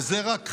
וזה רק חלק,